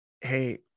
Hey